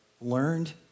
learned